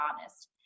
honest